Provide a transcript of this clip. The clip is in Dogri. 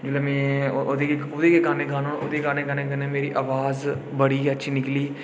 ते जेल्लै में ओह्दे गै ओह्दे गाने गान्ना होन्नां ओह्दे गाने गाने कन्नै मेरी आवाज़ बड़ी गै अच्छी निकली